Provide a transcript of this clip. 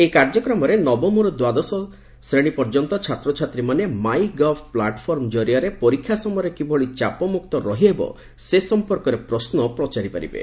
ଏହି କାର୍ଯ୍ୟକ୍ରମରେ ନବମରୁ ଦ୍ୱାଦଶ ଛାତ୍ରଛାତ୍ରୀମାନେ ମାଇ ଗଭ୍ ପ୍ଲାଟ୍ଫର୍ମ ଜରିଆରେ ପରୀକ୍ଷା ସମୟରେ କିଭଳି ଚାପମୁକ୍ତ ରହିହେବ ସେ ସମ୍ପର୍କୀତ ପ୍ରଶ୍ନ ପଚାରି ପାରିବେ